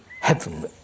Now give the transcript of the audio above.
heaven